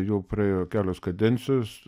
jau praėjo kelios kadencijos